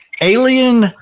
Alien